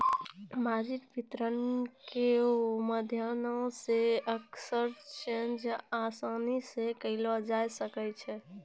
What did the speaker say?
margin वित्त के माध्यमो से एक्सचेंजो असानी से करलो जाय सकै छै